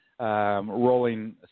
rolling